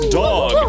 dog